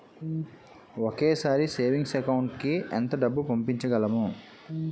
ఒకేసారి savings account కి ఎంత డబ్బు పంపించగలము?